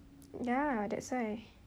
ya that's why